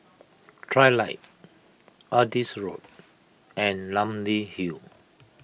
Trilight Adis Road and Namly Hill